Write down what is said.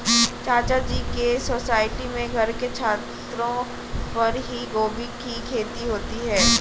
चाचा जी के सोसाइटी में घर के छतों पर ही गोभी की खेती होती है